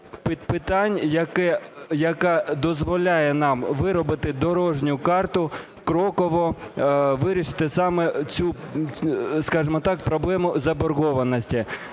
питань, що дозволяє нам виробити дорожню карту покроково, вирішити саме цю, скажемо так, проблему заборгованості.